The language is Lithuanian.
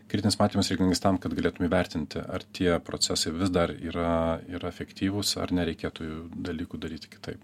kritinis matymas reikalingas tam kad galėtum įvertinti ar tie procesai vis dar yra yra efektyvūs ar nereikėtų dalykų daryti kitaip